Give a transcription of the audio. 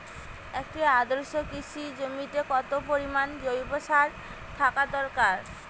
একটি আদর্শ কৃষি জমিতে কত পরিমাণ জৈব সার থাকা দরকার?